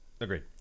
Agreed